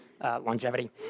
longevity